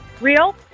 real